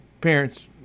parents